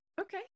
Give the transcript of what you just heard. Okay